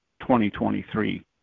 2023